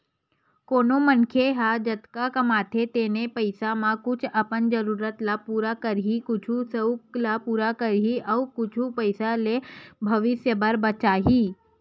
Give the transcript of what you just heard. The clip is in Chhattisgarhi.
कोनो मनखे ह जतका कमाथे तेने पइसा म कुछ अपन जरूरत ल पूरा करही, कुछ सउक ल पूरा करही अउ कुछ पइसा ल भविस्य बर बचाही